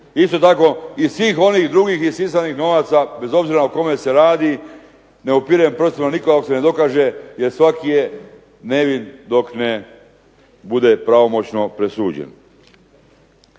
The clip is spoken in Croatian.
Isto tako, iz svih onih drugih isisanih novaca, bez obzira o kome se radi, ne upirem prstom u nikoga ako se ne dokaže jer svaki je nevin dok ne bude pravomoćno presuđen.